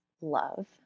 Love